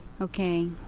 Okay